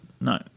No